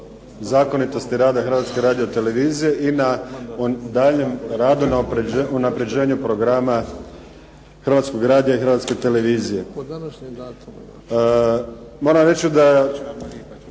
zakonitosti rada Hrvatske radio-televizije i na daljnjem radu unapređenju programa Hrvatskog radija i Hrvatske televizije.